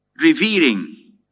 revering